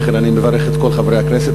ולכן אני מברך את כל חברי הכנסת,